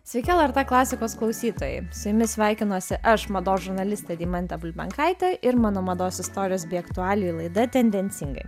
sveiki lrt klasikos klausytojai su jumis sveikinuosi aš mados žurnalistė deimantė bulbenkaitė ir mano mados istorijos bei aktualijų laida tendencingai